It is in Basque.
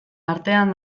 artean